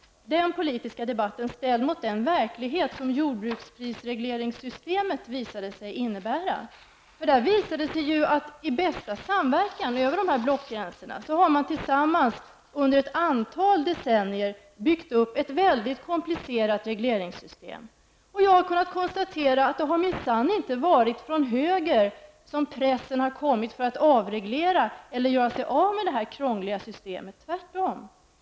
Den politiska debatten kan ställas mot den verklighet som jordbruksprisregleringssystemet visade sig representera. I bästa samverkan har man, över blockgränserna, under ett antal decennier byggt upp ett mycket komplicerat regleringssystem. Jag har kunnat konstatera att påtryckningarna för en avreglering och ett avskaffande av detta krångliga system minsann inte har kommit från höger -- tvärtom.